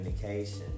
communication